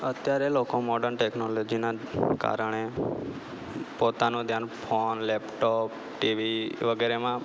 અત્યારે લોકો મોર્ડન ટેકનોલોજીના કારણે પોતાનો ધ્યાન ફોન લેપટોપ ટીવી વગેરેમાં